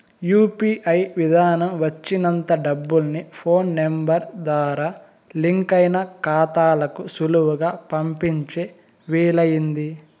UPI విదానం వచ్చినంత డబ్బుల్ని ఫోన్ నెంబరు ద్వారా లింకయిన కాతాలకు సులువుగా పంపించే వీలయింది